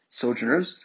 sojourners